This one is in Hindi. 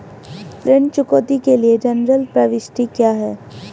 ऋण चुकौती के लिए जनरल प्रविष्टि क्या है?